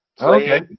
Okay